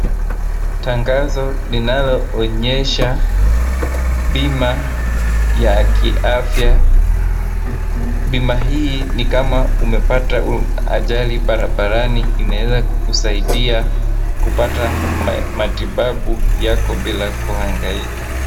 Tangazo linaloonyesha bima ya kiafya. Bima hii ni kama umepata ajali barabarani inaweza kukusaidia kupata ma, matibabu yako bila kuhangaika.